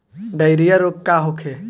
Diarrhoea रोग का होखे?